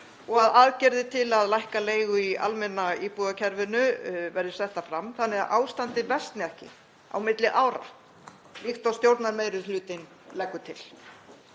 og að aðgerðir til að lækka leigu í almenna íbúðakerfinu verði settar fram þannig að ástandið versni ekki á milli ára líkt og stjórnarmeirihlutinn leggur til.